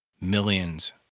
Millions